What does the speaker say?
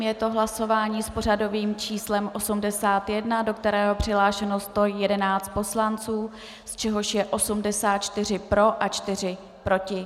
Je to hlasování s pořadovým číslem 81, do kterého je přihlášeno 111 poslanců, z čehož je 84 pro a 4 proti.